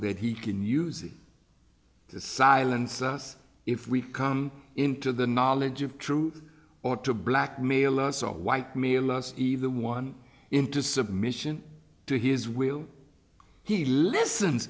that he can use it to silence us if we come into the knowledge of truth or to blackmail us or white male us evil one into submission to his will he listen